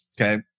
Okay